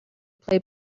play